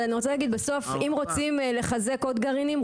אבל אני אגיד שבסוף אם רוצים לחזק עוד גרעינים,